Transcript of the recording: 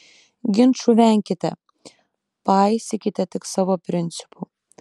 ginčų venkite paisykite tik savo principų